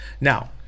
now